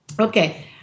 Okay